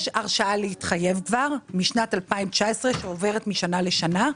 יש כבר הרשאה להתחייב משנת 2019 שעוברת משנה לשנה,